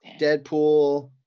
deadpool